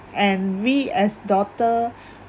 and we as daughter